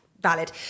Valid